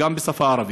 תודה.